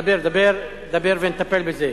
דבר, דבר, דבר ונטפל בזה.